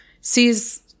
sees